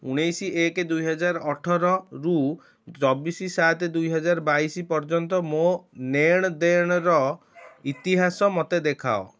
ଉଣେଇଶ ଏକ ଦୁଇ ହଜାର ଅଠରରୁ ଚବିଶ ସାତ ଦୁଇ ହଜାର ବାଇଶ ପର୍ଯ୍ୟନ୍ତ ମୋ ନେଣ ଦେଣର ଇତିହାସ ମୋତେ ଦେଖାଅ